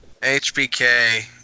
HBK